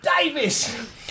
Davis